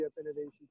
innovation